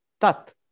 Tat